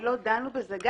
לא דנו בזה.